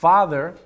Father